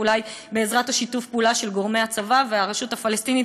אולי בעזרת שיתוף הפעולה של גורמי הצבא והרשות הפלסטינית